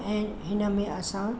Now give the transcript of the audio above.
ऐं हिन में असां